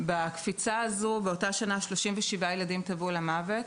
בשנה זו טבעו 37 ילדים למוות,